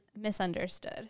misunderstood